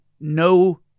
no